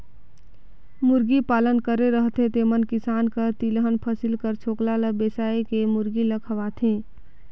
मुरगी पालन करे रहथें तेमन किसान कर तिलहन फसिल कर छोकला ल बेसाए के मुरगी ल खवाथें